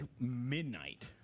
midnight